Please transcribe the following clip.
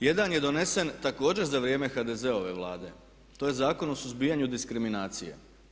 jedan je donesen također za vrijeme HDZ-ove vlade, to je Zakon o suzbijanju diskriminacije.